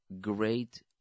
great